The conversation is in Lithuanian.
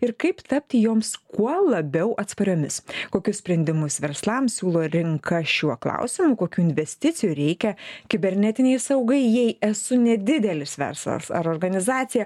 ir kaip tapti joms kuo labiau atspariomis kokius sprendimus verslams siūlo rinka šiuo klausimu kokių investicijų reikia kibernetinei saugai jai esu nedidelis verslas ar organizacija